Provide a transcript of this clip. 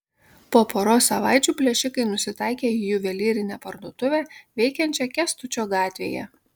po poros savaičių plėšikai nusitaikė į juvelyrinę parduotuvę veikiančią kęstučio gatvėje